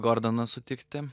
gordaną sutikti